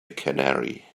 canary